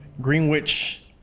Greenwich